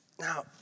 Now